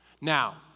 Now